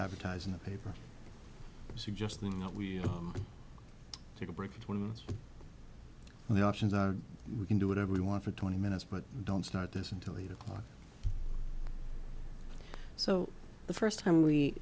advertised in the paper suggesting that we take a break when the options are we can do whatever we want for twenty minutes but don't start this until eight o'clock so the first time we